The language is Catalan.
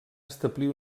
establir